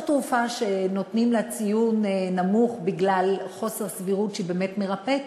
לא תרופה שנותנים לה ציון נמוך בגלל חוסר סבירות שהיא באמת מרפאת,